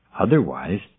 otherwise